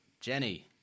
jenny